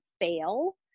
fail